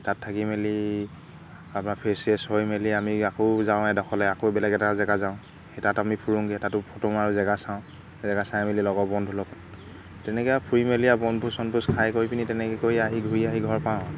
তাত থাকি মেলি আপোনাৰ ফ্ৰেছ চ্ৰেছ হৈ মেলি আমি আকৌ যাওঁ এডখৰলৈ আকৌ বেলেগ এটা জেগা যাওঁ সেই তাত আমি ফুৰোংগৈ তাতো ফটো মাৰোঁ জেগা চাওঁ জেগা চাই মেলি লগৰ বন্ধু লগত তেনেকৈ আৰু ফুৰি মেলি আৰু বনভোজ চনভোজ খাই কৰি পিনি তেনেকৈ কৰি আহি ঘূৰি আহি ঘৰ পাওঁ